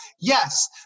Yes